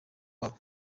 wabo